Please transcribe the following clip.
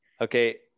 Okay